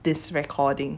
this recording